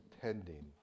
tending